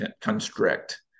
constrict